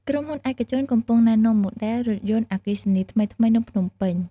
ក្រុមហ៊ុនឯកជនកំពុងណែនាំម៉ូដែល រថយន្តអគ្គីសនី ថ្មីៗនៅភ្នំពេញ។